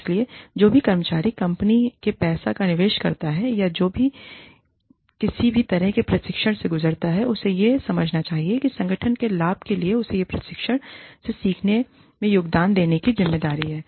इसलिए जो भी कर्मचारी कंपनी के पैसे का निवेश करता है या जो किसी भी तरह के प्रशिक्षण से गुजरता है उसे यह समझना चाहिए कि संगठन के लाभ के लिए उसे इस प्रशिक्षण से सीखने में योगदान देने की जिम्मेदारी है